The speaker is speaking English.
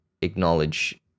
acknowledge